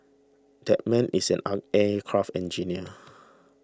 that man is an aircraft engineer